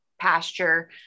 pasture